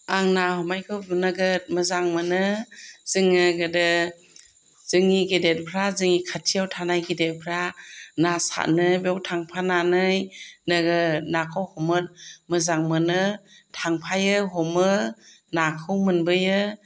आं ना हमनायखौ नोगोद मोजां मोनो जोङो गोदो जोंनि गेदेरफोरा जोंनि खाथियाव थानाय गेदेरफ्रा ना सारनो बेयाव थांफानानै नोगोद नाखौ हमो मोजां मोनो थांफायो हमो नाखौ मोनबोयो